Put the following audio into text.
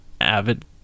avid